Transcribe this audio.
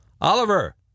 Oliver